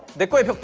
the spy